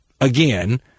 Again